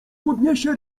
podniesie